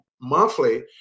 monthly